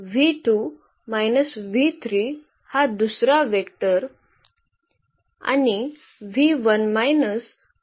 हा दुसरा वेक्टर आणि हा तिसरा वेक्टर आहे